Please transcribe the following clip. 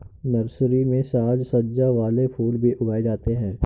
nursery में साज सज्जा वाले फूल भी उगाए जाते हैं